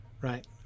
Right